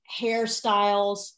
hairstyles